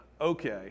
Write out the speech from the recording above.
okay